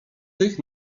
tych